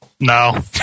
No